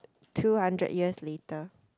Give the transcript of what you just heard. two hundred years later